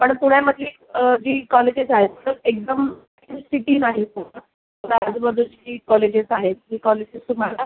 पण पुण्यामधली जी कॉलेजेस आहेत एकदम सिटी नाही पुणं तर आजूबाजूची कॉलेजेस आहेत जी कॉलेजेस तुम्हाला